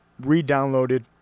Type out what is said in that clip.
re-downloaded